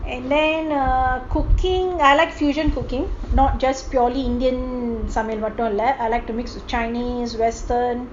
and then err cooking I like fusion cooking not just purely indian சமையல்மட்டுமில்ல:samayal mattumilla I like to mix with chinese western